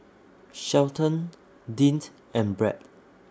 Shelton Deante and Brett